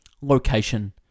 Location